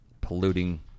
polluting